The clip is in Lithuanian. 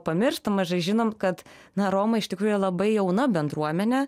pamiršta mažai žinom kad na romai iš tikrųjų jie labai jauna bendruomenė